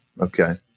Okay